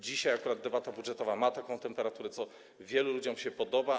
Dzisiaj akurat debata budżetowa ma taką temperaturę, co wielu ludziom się podoba.